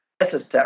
necessary